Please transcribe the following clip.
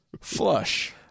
flush